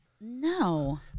No